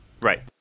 right